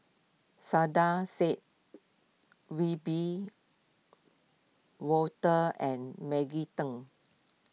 Saiedah Said Wiebe Wolters and Maggie Teng